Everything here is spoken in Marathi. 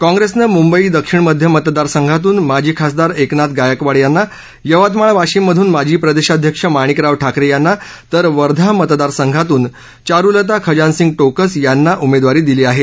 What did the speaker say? काँप्रेसनं मुंबई दक्षिण मध्य मतदारसंघातून माजी खासदार एकनाथ गायकवाड यांना यवतमाळ वाशिम मधन माजी प्रदेशाध्यक्ष माणिकराव ठाकरे यांना तर वर्धा मतदारसंघातून चारूलता खजानसिंग किस यांना उमेदवारी दिली आहे